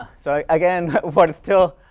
so, again, what is still.